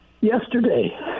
Yesterday